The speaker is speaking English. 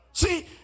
See